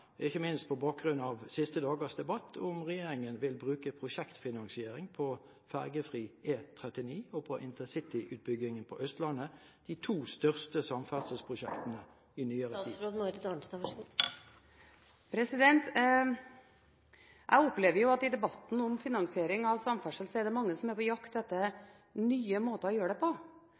ikke minst på bakgrunn av siste dagers debatt, om regjeringen vil bruke prosjektfinansiering på ferjefri E39 og på intercityutbyggingen på Østlandet, de to største samferdselsprosjektene i nyere tid. Jeg opplever at i debatten om finansiering av samferdsel er det mange som er på jakt etter nye måter å gjøre det på.